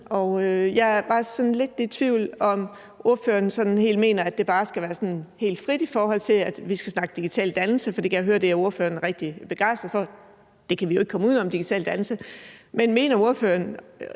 sådan lidt i tvivl om, om ordføreren mener, at det bare skal være helt frit, i forhold til at vi skal snakke digital dannelse. For det kan jeg høre at ordføreren er rigtig begejstret for. Det kan vi jo ikke komme udenom, altså digital dannelse. Men mener ordføreren